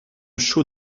chaud